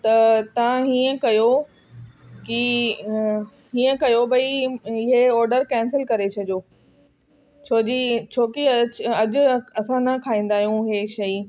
त तां हीअं कयो कि हीअं कयो भई इहे ऑडर कैंसिल करे छॾो छोजी छोकी अॼु असां न खाईंदा आहियूं इहे शयूं